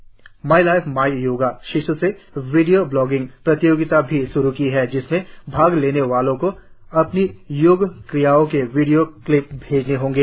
आय्ष मंत्रालय ने my life my yoga शीर्षक से वीडियो ब्लागिंग प्रतियोगिता भी श्रू की है जिसमें भाग लेने वालों को अपनी योग क्रियाओं के वीडियो क्लिप भेजने होंगे